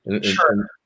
sure